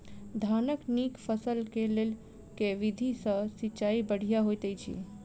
धानक नीक फसल केँ लेल केँ विधि सँ सिंचाई बढ़िया होइत अछि?